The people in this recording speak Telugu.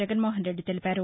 జగన్మోహన్ రెడ్డి తెలిపారు